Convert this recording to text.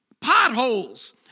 potholes